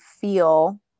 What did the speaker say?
feel